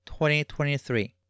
2023